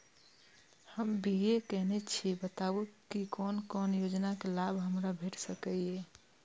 हम बी.ए केनै छी बताबु की कोन कोन योजना के लाभ हमरा भेट सकै ये?